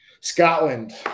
Scotland